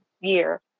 year